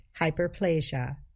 hyperplasia